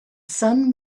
sun